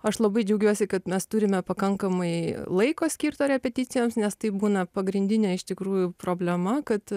aš labai džiaugiuosi kad mes turime pakankamai laiko skirto repeticijoms nes tai būna pagrindinė iš tikrųjų problema kad